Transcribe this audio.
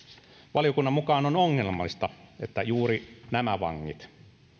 valiokunnan mukaan on ongelmallista että juuri nämä vangit